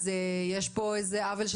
אז יש פה עוול,